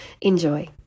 Enjoy